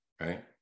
right